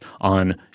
on